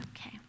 Okay